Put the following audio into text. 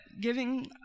giving